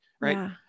right